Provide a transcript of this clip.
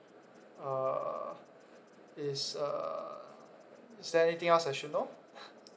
uh is uh is there anything else I should know